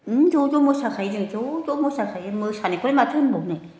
ज' ज' मोसाखायो जों ज' ज' मोसाखायो मोसानायखौलाय माथो होनबावनो